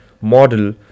model